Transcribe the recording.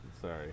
Sorry